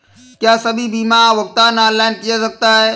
क्या सभी बीमा का भुगतान ऑनलाइन किया जा सकता है?